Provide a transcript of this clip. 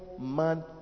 man